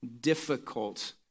difficult